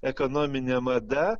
ekonominė mada